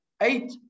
eight